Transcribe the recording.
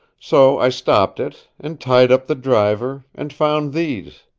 so i stopped it, and tied up the driver, and found these.